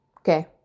Okay